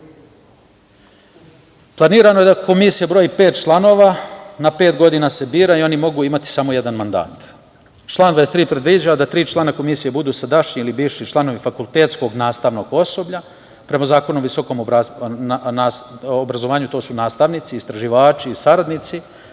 stvarima. Planirano je da komisija broji pet članova, na pet godina se bira i oni mogu imati samo jedan mandat. Član 23. predviđa da tri člana komisije budu sadašnji ili bivši članovi fakultetskog nastavnog osoblja. Prema Zakonu o visokom obrazovanju, to su nastavnici, istraživači i saradnici